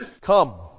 Come